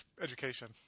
education